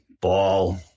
ball